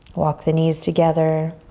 walk the knees together.